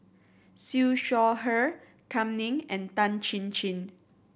Siew Shaw Her Kam Ning and Tan Chin Chin